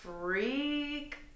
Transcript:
Freak